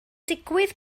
digwydd